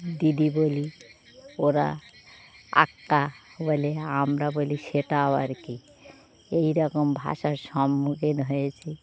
দিদি বলি ওরা আক্কা বলে আমরা বলি সেটাও আর কী এই রকম ভাষার সম্মুখীন হয়েছি